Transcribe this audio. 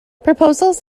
proposals